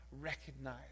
recognize